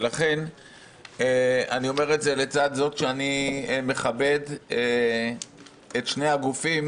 לכן אני אומר את זה לצד זאת שאני מכבד את שני הגופים